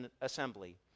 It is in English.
assembly